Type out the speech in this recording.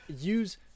Use